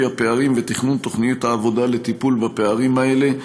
הפערים ותכנון תוכניות העבודה לטיפול בפערים האלה,